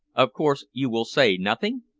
of course you will say nothing?